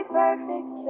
perfect